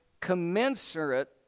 commensurate